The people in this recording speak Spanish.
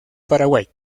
paraguay